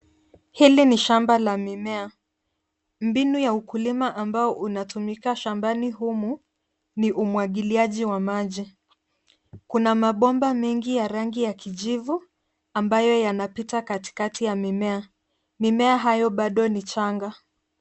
Hili ni shamba la mimea. Mbinu ya kilimo inayotumika shambani humu ni umwagiliaji wa maji. Kuna mabomba mengi ya rangi ya kijivu yanayopita katikati ya mimea. Mimea hiyo bado ni michanga.